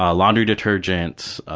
ah laundry detergent,